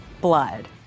blood